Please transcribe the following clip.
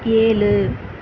ஏழு